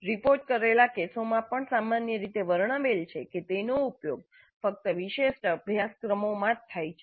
report કરેલા કેસોમાં પણ સામાન્ય રીતે વર્ણવેલ છે કે તેનો ઉપયોગ ફક્ત વિશિષ્ટ અભ્યાસક્રમોમાં જ થાય છે